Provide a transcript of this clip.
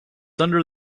under